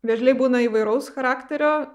vėžliai būna įvairaus charakterio